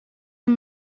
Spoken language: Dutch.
een